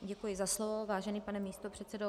Děkuji za slovo, vážený pane místopředsedo.